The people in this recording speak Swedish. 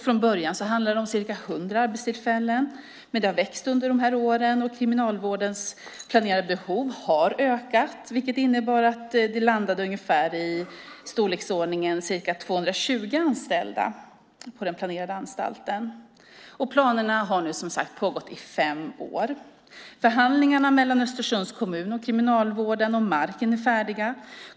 Från början handlade det om cirka hundra arbetstillfällen, men det har växt under åren och Kriminalvårdens planerade behov har ökat, vilket innebär att det landar i ungefär 220 anställda på den planerade anstalten. Planeringen har nu som sagt pågått i fem år. Förhandlingarna mellan Östersunds kommun och Kriminalvården om marken är klara.